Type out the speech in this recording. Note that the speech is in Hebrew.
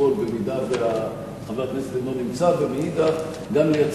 על-ידי ועדת השרים לענייני חקיקה,